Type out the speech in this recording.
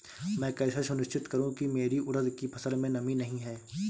मैं कैसे सुनिश्चित करूँ की मेरी उड़द की फसल में नमी नहीं है?